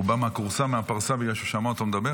הוא בא מהכורסה בפרסה, בגלל שהוא שמע אותו מדבר?